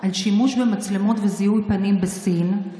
על שימוש במצלמות לזיהוי פנים בסין,